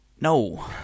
No